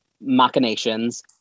machinations